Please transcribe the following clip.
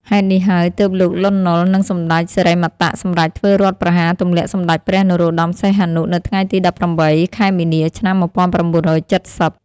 ហេតុនេះហើយ ទើបលោក លន់ នល់ និងសម្ដេចសិរិមតៈសម្រេចធ្វើរដ្ឋប្រហារទម្លាក់សម្ដេចព្រះនរោត្ដម សីហនុ នៅថ្ងៃទី១៨ ខែមីនា ឆ្នាំ១៩៧០។